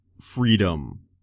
Freedom